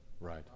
Right